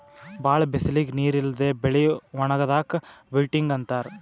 ಭಾಳ್ ಬಿಸಲಿಗ್ ನೀರ್ ಇಲ್ಲದೆ ಬೆಳಿ ಒಣಗದಾಕ್ ವಿಲ್ಟಿಂಗ್ ಅಂತಾರ್